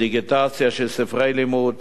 דיגיטציה של ספרי לימוד